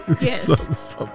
Yes